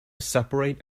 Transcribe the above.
separate